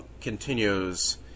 continues